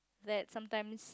that sometimes